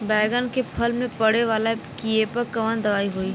बैगन के फल में पड़े वाला कियेपे कवन दवाई होई?